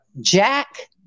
Jack